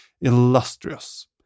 illustrious